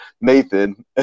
Nathan